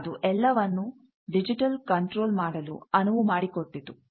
ಅದು ಎಲ್ಲವನ್ನು digital control ಮಾಡಲು ಅನುವು ಮಾಡಿಕೊಟ್ಟಿತು